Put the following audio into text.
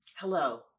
Hello